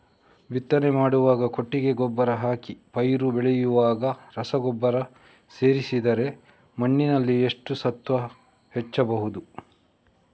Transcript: ಬಿತ್ತನೆ ಮಾಡುವಾಗ ಕೊಟ್ಟಿಗೆ ಗೊಬ್ಬರ ಹಾಕಿ ಪೈರು ಬೆಳೆಯುವಾಗ ರಸಗೊಬ್ಬರ ಸೇರಿಸಿದರೆ ಮಣ್ಣಿನಲ್ಲಿ ಎಷ್ಟು ಸತ್ವ ಹೆಚ್ಚಬಹುದು?